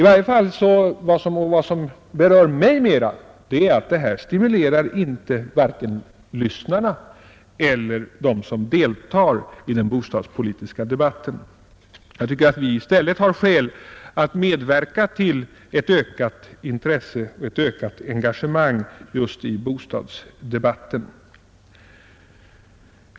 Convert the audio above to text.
Vad som berör mig mera är att detta inte stimulerar vare sig lyssnarna eller dem som deltar i den bostadspolitiska debatten. Jag tycker att vi i stället har skäl att medverka till ett ökat intresse och ett ökat engagemang just i bostadsdebatten.